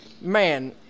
Man